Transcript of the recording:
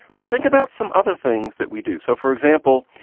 but think about some other things that we do. so, for example,